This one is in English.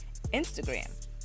Instagram